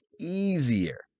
easier